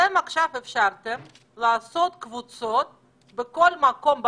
אתם עכשיו אפשרתם לעשות אימון לקבוצות של עד